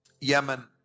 Yemen